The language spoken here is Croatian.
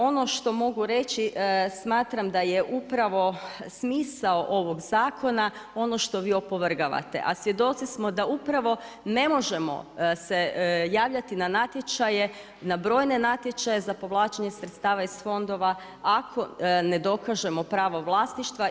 Ono što mogu reći smatram da je upravo smisao ovog zakona ono što vi opovrgavate, a svjedoci smo da upravo ne možemo se javljati na natječaje, na brojne natječaje za povlačenje sredstava iz fondova ako ne dokažemo pravo vlasništva.